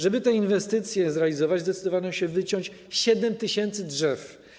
Żeby tę inwestycję zrealizować, zdecydowano się wyciąć 7 tys. drzew.